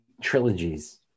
trilogies